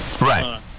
Right